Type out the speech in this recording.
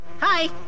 Hi